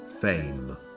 Fame